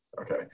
Okay